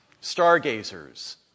stargazers